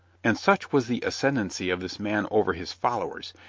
and such was the ascendancy of this man over his followers,